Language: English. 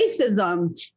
racism